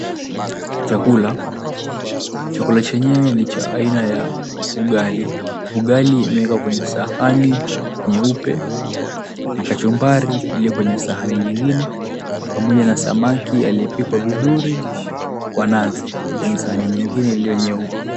Chakula, chakula chenyewe ni cha aina ya ugali, ugali imewekwa kwenye sahani nyeupe na kachumbari iliyo kwenye sahani nyingine, pamoja na samaki aliyepikwa vizuri kwa nazi, kwenye sahani nyingine iliyo nyeupe.